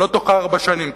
ולא בתוך ארבע שנים,